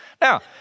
Now